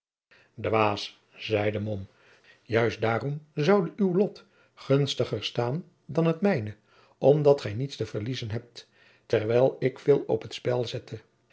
dwaas zeide mom juist daarom zoude uw lot gunstiger staan dan het mijne omdat gij niets te verliezen hebt terwijl ik veel op het spel zette